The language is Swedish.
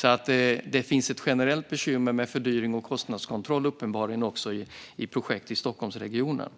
Det finns alltså ett generellt bekymmer med fördyring och kostnadskontroll, uppenbarligen också i projekt i Stockholmsregionen.